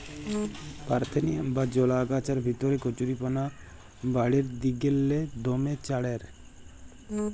parthenium বা জলা আগাছার ভিতরে কচুরিপানা বাঢ়্যের দিগেল্লে দমে চাঁড়ের